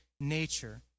nature